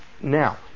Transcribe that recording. Now